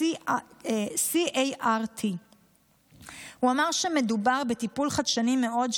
CAR T. הוא אמר שמדובר בטיפול חדשני מאוד,